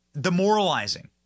Demoralizing